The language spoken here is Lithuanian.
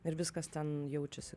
ir viskas ten jaučiasi